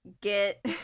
get